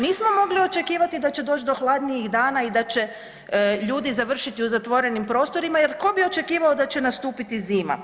Nismo mogli očekivati da će doći do hladnijih dana i da će ljudi završiti u zatvorenim prostorima jer tko bi očekivao da će nastupiti zima.